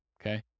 okay